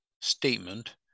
statement